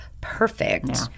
perfect